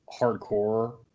hardcore